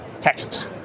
Texas